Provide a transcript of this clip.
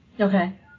Okay